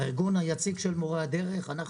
הארגון היציג של מורי הדרך גם